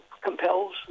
Compels